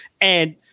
And-